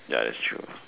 ya that's true